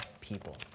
people